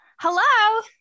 hello